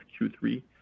Q3